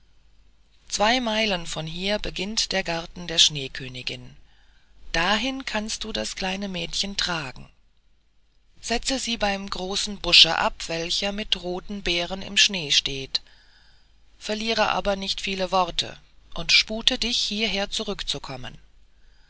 zwei meilen von hier beginnt der garten der schneekönigin dahin kannst du das kleine mädchen tragen setze sie beim großen busche ab welcher mit roten beeren im schnee steht verliere aber nicht viele worte und spute dich hierher zurückzukommen